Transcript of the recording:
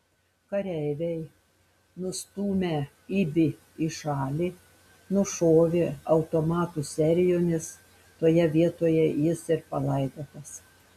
kareiviai nustūmę ibį į šalį nušovė automatų serijomis toje vietoje jis ir palaidotas